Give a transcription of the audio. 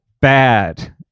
bad